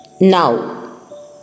Now